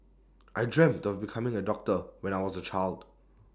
I dreamt of becoming A doctor when I was A child